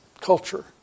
culture